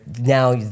Now